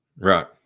right